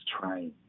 trying